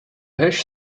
hash